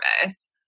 service